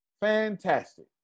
Fantastic